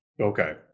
Okay